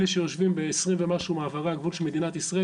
אלה שיושבים ב-20 ומשהו מעברי הגבול של מדינת ישראל